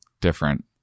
different